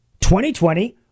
2020